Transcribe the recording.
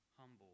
humble